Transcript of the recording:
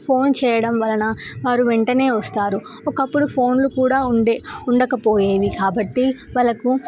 phone చేయడం వలన వారు వెంటనే వస్తారు ఒకప్పుడు ఫోన్లు కూడా ఉండే ఉండకపోయేవి కాబట్టి వాళ్ళకు